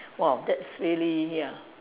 !wah! that's really ya